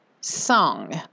song